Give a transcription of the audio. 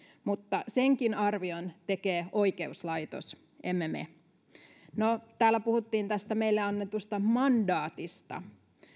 mutta senkin arvion tekee oikeuslaitos emme me täällä puhuttiin tästä meille annetusta mandaatista